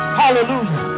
hallelujah